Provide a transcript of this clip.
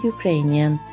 Ukrainian